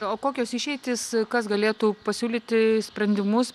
o kokios išeitys kas galėtų pasiūlyti sprendimus